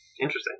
Interesting